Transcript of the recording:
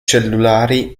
cellulari